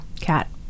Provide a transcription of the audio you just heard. Cat